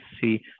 see